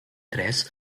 tres